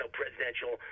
presidential